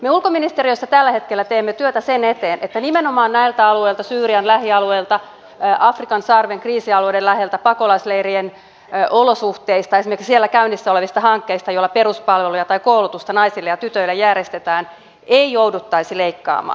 me ulkoministeriössä tällä hetkellä teemme työtä sen eteen että nimenomaan näiltä alueilta syyrian lähialueilta afrikan sarven kriisialueiden läheltä pakolaisleirien olosuhteista esimerkiksi siellä käynnissä olevista hankkeista joilla peruspalveluja tai koulutusta naisille ja tytöille järjestetään ei jouduttaisi leikkaamaan